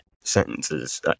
sentences